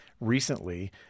recently